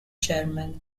chairman